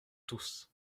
tous